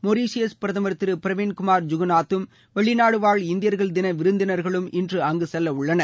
Mauritius பிரதமர் திரு பிரவீன் குமார் ஜெகன்நாத்தம் வெளிநாடு வாழ் இந்தியர்கள் தின விருந்தினர்களும் இன்று அங்கு செல்லவுள்ளனர்